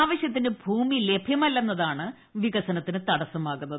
ആവശ്യത്തിന് ഭൂമി ലഭ്യമല്ലെന്നതാണ് വികസനത്തിന് തടസമാകുന്നത്